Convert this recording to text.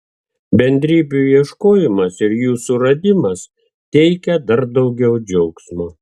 bendrybių ieškojimas ir jų suradimas teikia dar daugiau džiaugsmo